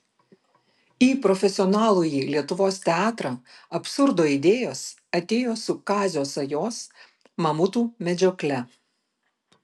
į profesionalųjį lietuvos teatrą absurdo idėjos atėjo su kazio sajos mamutų medžiokle